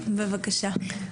בבקשה.